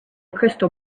crystal